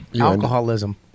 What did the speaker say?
alcoholism